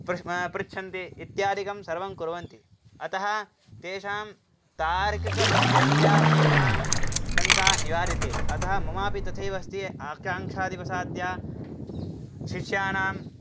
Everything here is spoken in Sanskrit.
पृश् पृच्छन्ति इत्यादिकं सर्वं कुर्वन्ति अतः तेषां तार्किकशैल्यया तेषां शङ्का निवार्यते अतः ममापि तथैव अस्ति आकाङ्क्षादिवसाद्या शिष्याणाम्